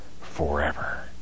forever